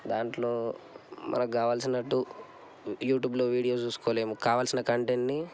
దాంట్లో మనకి కావాల్సినట్టు యూట్యూబ్లో వీడియో చూసుకోలేము కావాల్సిన కంటెంట్ని